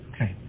Okay